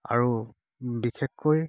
আৰু বিশেষকৈ